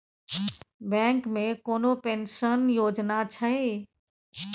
Bank मे कोनो pension योजना छै?